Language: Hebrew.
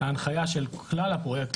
ההנחיה של כלל הפרויקט,